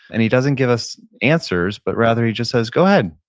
and he doesn't give us answers, but rather he just says, go ahead.